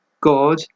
God